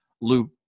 Luke